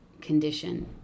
condition